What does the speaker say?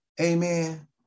amen